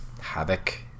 Havoc